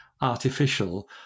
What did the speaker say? artificial